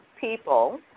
people –